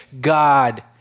God